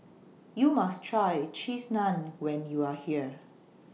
YOU must Try Cheese Naan when YOU Are here